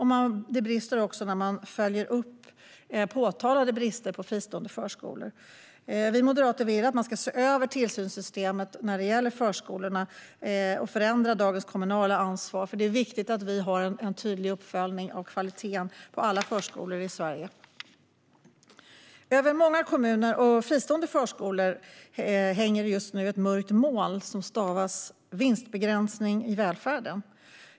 Det brister också när man följer upp påtalade brister på fristående förskolor. Vi moderater vill att man ska se över tillsynssystemet när det gäller förskolorna och förändra dagens kommunala ansvar, för det är viktigt att vi har en tydlig uppföljning av kvaliteten på alla förskolor i Sverige. Över många kommuner och fristående förskolor hänger just nu ett mörkt moln som stavas: vinstbegränsning i välfärden.